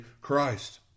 Christ